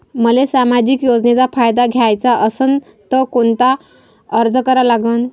मले सामाजिक योजनेचा फायदा घ्याचा असन त कोनता अर्ज करा लागन?